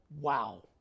wow